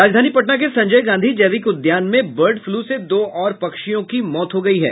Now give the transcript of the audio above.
राजधानी पटना के संजय गांधी जैविक उद्यान में बर्ड फ्लू से दो और पक्षियों की मौत हो गयी है